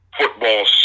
football